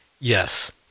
Yes